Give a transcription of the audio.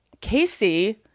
Casey